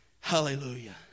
Hallelujah